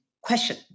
question